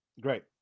Great